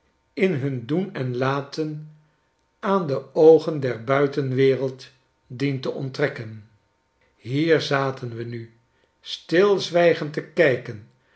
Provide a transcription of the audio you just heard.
in hun doen en laten aan de oogen der buitenwereld dient te onttrekken hier zaten we nu stilzwijgend te kijken